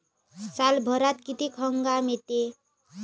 सालभरात किती हंगाम येते?